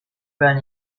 run